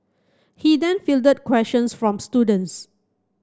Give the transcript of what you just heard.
he then fielded questions from students